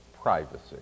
privacy